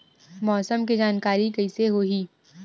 मौसम के जानकारी कइसे होही?